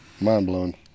Mind-blowing